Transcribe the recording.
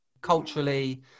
Culturally